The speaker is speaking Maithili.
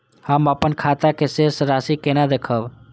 हम अपन खाता के शेष राशि केना देखब?